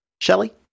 Shelly